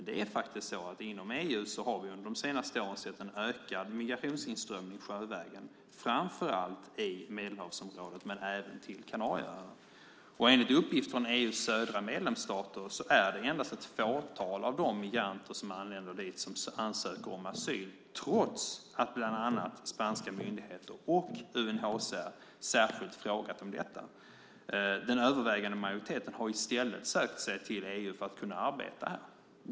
Det är emellertid så att vi inom EU under de senaste åren sett en ökad migrationsinströmning sjövägen framför allt till Medelhavsområdet men även till Kanarieöarna. Enligt uppgift från EU:s södra medlemsstater söker endast ett fåtal av de migranter som anländer dit asyl, trots att bland annat spanska myndigheter och UNHCR särskilt frågat om detta. Den övervägande majoriteten har i stället sökt sig till EU för att kunna arbeta här.